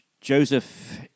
Joseph